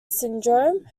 syndrome